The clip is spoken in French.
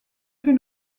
plus